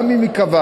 גם אם ייקבע